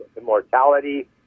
immortality